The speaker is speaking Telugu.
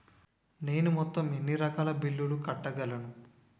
నేను మొత్తం ఎన్ని రకాల బిల్లులు కట్టగలను?